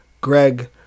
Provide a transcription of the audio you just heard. Greg